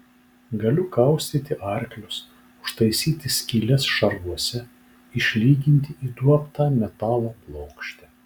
galiu kaustyti arklius užtaisyti skyles šarvuose išlyginti įduobtą metalo plokštę